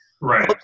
Right